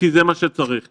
כי זה מה שצריך כרגע.